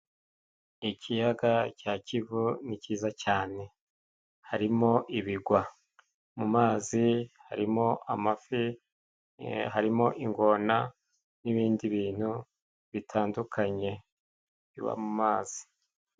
Ikiyaga cya kivu ni cyiza cyane harimo ibigwa. Mu mazi harimo amafi, e harimo ingona n'ibindi bintu bitandukanye biba mu mazi.